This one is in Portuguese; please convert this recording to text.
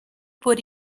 por